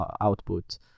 output